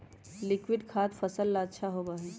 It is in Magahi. लिक्विड खाद फसल ला अच्छा होबा हई